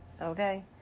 Okay